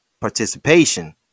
participation